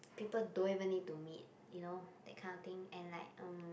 people don't even need to meet you know that kind of thing and like